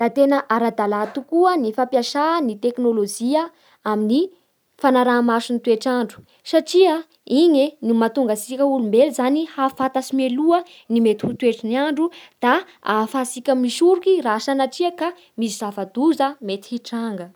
Da tena ara-dalà tokoa ny fampiasana ny tekinôlôjia amin'ny fanaraha masy ny toetrandro satria igny e no mahatonga antsika olombelo hahafantatsy mialoha ny mety hoe toetsin'ny andro da ahafahantsika misoriky raha sanatria ka misy zava-doza mety mitranga